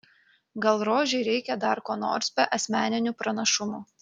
gal rožei reikia dar ko nors be asmeninių pranašumų